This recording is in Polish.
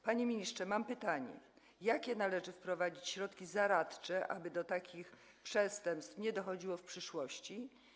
Panie ministrze, mam pytanie: Jakie należy wprowadzić środki zaradcze, aby do takich przestępstw nie dochodziło w przyszłości?